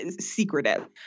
secretive